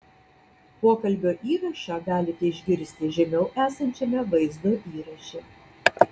pokalbio įrašą galite išgirsti žemiau esančiame vaizdo įraše